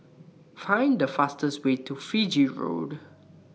Find The fastest Way to Fiji Road